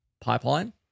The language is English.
pipeline